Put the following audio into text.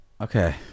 Okay